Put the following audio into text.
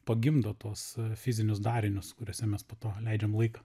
pagimdo tuos fizinius darinius kuriuose mes po to leidžiam laiką